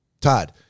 Todd